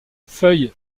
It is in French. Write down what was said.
feuilles